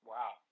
Wow